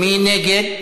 מי נגד?